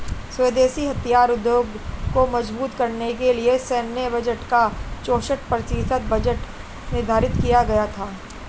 स्वदेशी हथियार उद्योग को मजबूत करने के लिए सैन्य बजट का चौसठ प्रतिशत बजट निर्धारित किया गया था